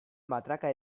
matraka